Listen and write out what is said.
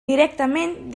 directament